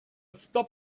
stop